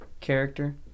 character